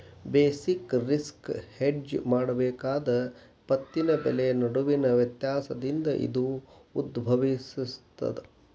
basic risk hedge ಮಾಡಬೇಕಾದ ಸ್ವತ್ತಿನ ಬೆಲೆ ನಡುವಿನ ವ್ಯತ್ಯಾಸದಿಂದ ಇದು ಉದ್ಭವಿಸ್ತದ